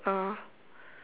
uh